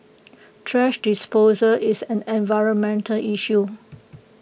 thrash disposal is an environmental issue